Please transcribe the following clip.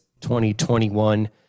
2021